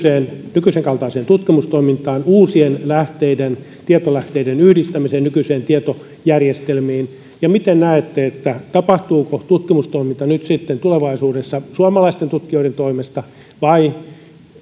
nykyisenkaltaiseen tutkimustoimintaan uusien tietolähteiden tietolähteiden yhdistämiseen nykyisiin tietojärjestelmiin ja miten näette eli tapahtuuko tutkimustoiminta sitten tulevaisuudessa suomalaisten tutkijoiden toimesta vai